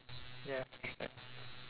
ya yup